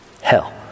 hell